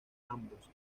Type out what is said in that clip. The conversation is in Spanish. ambos